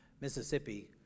Mississippi